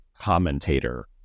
commentator